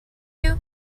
you